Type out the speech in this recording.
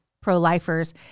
pro-lifers